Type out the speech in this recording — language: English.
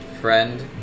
friend